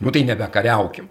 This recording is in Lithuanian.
nu tai nebekariaukim